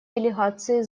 делегации